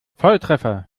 volltreffer